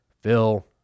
Phil